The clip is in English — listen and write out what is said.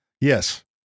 yes